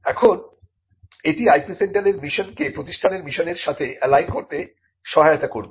এখন এটি IP সেন্টারের মিশনকে প্রতিষ্ঠানের মিশনের সাথে অ্যালাইন করতে সহায়তা করবে